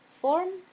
form